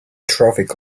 traffic